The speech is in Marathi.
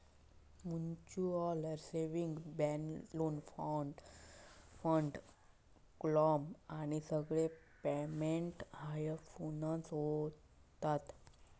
म्युच्युअल सेंविंग बॅन्केत फंड, क्लेम आणि सगळे पेमेंट हयसूनच होतत